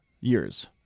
Years